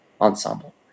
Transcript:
ensemble